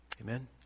Amen